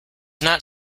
not